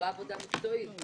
לא עבודה מקצועית?